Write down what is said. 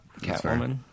Catwoman